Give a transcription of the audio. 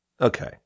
Okay